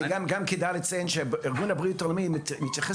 כדי לציין שארגון הבריאות העולמי מתייחס